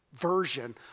version